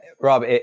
Rob